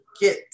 get